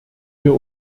wir